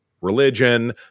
religion